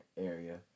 area